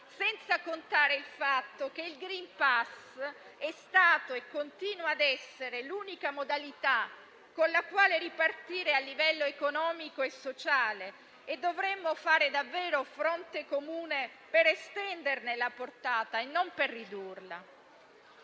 senza contare il fatto che il *green pass* è stato e continua ad essere l'unica modalità con la quale ripartire a livello economico e sociale e dovremmo fare davvero fronte comune per estenderne la portata e non per ridurla.